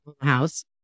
house